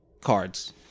cards